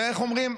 איך אומרים?